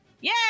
yay